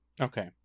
Okay